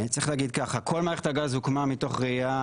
כל מערכת הגז הוקמה מתוך ראייה